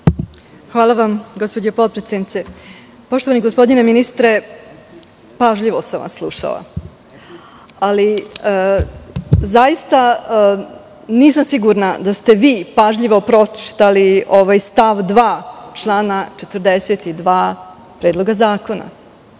Hvala vam, gospođo potpredsednice. Poštovani gospodine ministre, pažljivo sam vas slušala, ali zaista nisam sigurna da ste vi pažljivo pročitali ovaj stav 2. člana 42. Predloga zakona. Dakle,